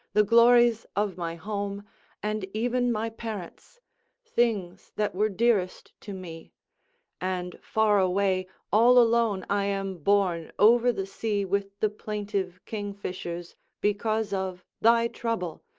the glories of my home and even my parents things that were dearest to me and far away all alone i am borne over the sea with the plaintive kingfishers because of thy trouble,